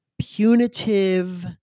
punitive